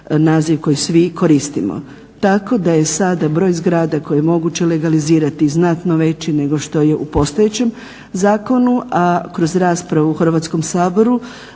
naziv koji svi koristimo. Tako da je sada broj zgrada koje je moguće legalizirati znatno veći nego što je u postojećem zakonu, a kroz raspravu u Hrvatskom saboru